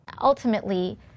Ultimately